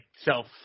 self